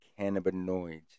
cannabinoids